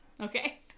Okay